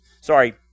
Sorry